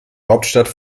hauptstadt